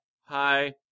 hi